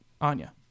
Anya